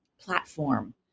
platform